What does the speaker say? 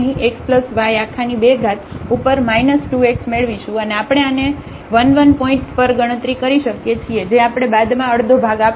પછી y ના સંદર્ભમાં સમાન રીતે પાર્શિયલ ડેરિવેટિવ્ઝ તેથી ફરીથી આપણે અહીં x y ² ઉપર માઈનસ 2 x મેળવીશું અને આપણે આને 1 1 પોઇન્ટ પર ગણતરી કરી શકીએ છીએ જે આપણને બાદમાં અડધો ભાગ આપશે